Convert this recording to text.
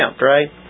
right